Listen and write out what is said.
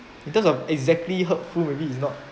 in terms of exactly hurtful maybe it's not